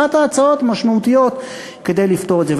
אחת ההצעות המשמעותיות כדי לפתור את זה.